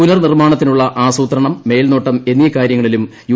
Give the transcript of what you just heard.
പുനർനിർമാണത്തിനുളള ആസൂത്രണം മേൽനോട്ടം എന്നീ കാര്യങ്ങളിലും യു